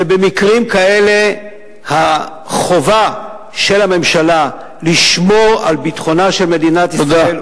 ובמקרים כאלה החובה של הממשלה לשמור על ביטחונה של מדינת ישראל,